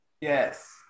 Yes